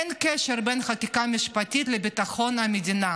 אין קשר בין חקיקה משפטית לביטחון המדינה.